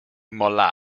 molla